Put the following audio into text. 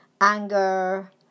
anger